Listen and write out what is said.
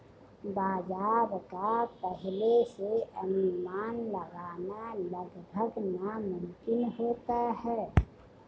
बाजार का पहले से अनुमान लगाना लगभग नामुमकिन होता है